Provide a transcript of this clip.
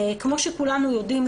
כמו שכולנו יודעים,